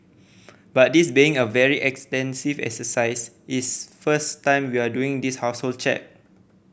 but this being a very extensive exercise it's first time we are doing this household check